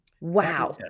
Wow